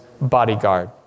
bodyguard